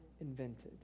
invented